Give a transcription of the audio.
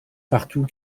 partout